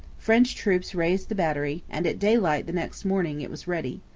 french troops raised the battery and at daylight the next morning it was ready.